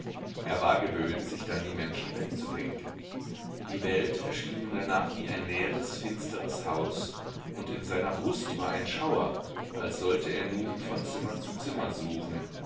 er war gewöhnt sich dann die menschen wegzudenken die welt erschien ihm danach wie ein leeres finsteres haus und in seiner brust war ein schauer als sollte er nun von zimmer zu zimmer suchen